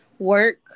Work